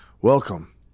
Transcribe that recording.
Welcome